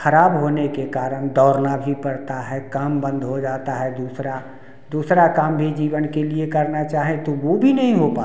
खराब होने के कारण दौड़ना भी पड़ता है काम बंद हो जाता है दूसरा दूसरा काम भी जीवन के लिए करना चाहे तो वो भी नहीं हो पाता